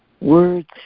Words